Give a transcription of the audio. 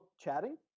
chatting